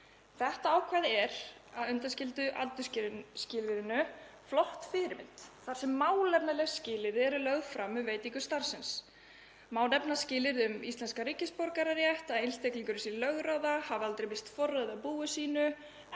Þetta ákvæði er, að undanskildu aldursskilyrðinu, flott fyrirmynd þar sem málefnaleg skilyrði eru lögð fram um veitingu starfsins. Má nefna skilyrði um íslenskan ríkisborgararétt, að einstaklingurinn sé lögráða, hafi aldrei misst forræði á búi sínu,